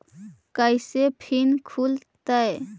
कैसे फिन खुल तय?